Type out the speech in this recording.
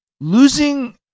losing